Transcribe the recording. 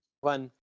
one